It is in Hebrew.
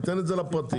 ניתן את זה לפרטי,